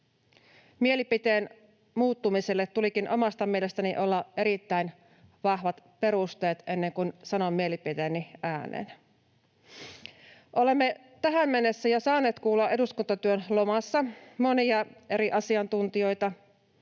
Mielipiteen muuttumiselle tulikin omasta mielestäni olla erittäin vahvat perusteet ennen kun sanon mielipiteeni äänen. Olemme tähän mennessä jo saaneet kuulla eduskuntatyön lomassa monia eri asiantuntijoita,